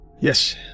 Yes